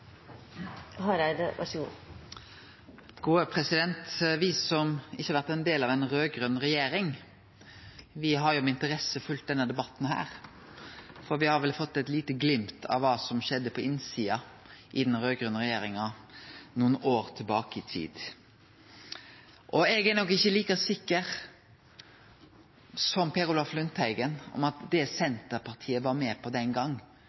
som ikkje har vore ein del av ei raud-grøn regjering, har med interesse følgt denne debatten, og me har vel fått eit lite glimt av kva som skjedde på innsida i den raud-grøne regjeringa nokre år tilbake i tid. Eg er nok ikkje like sikker som Per Olaf Lundteigen på at det Senterpartiet var med på den